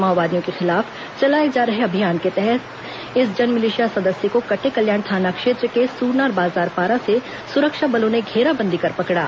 माओवादियों के खिलाफ चलाए जा रहे अभियान के तहत इस जनमिलिशिया सदस्य को कटेकल्याण थाना क्षेत्र के सूरनार बाजार पारा से सुरक्षा बलों ने घेराबंदी कर पकड़ा